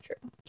true